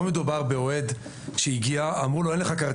לא מדובר באוהד שהגיע ואמרו לו: אין לך כרטיס,